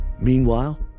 Meanwhile